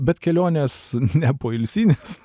bet kelionės ne poilsinės